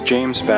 James